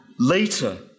Later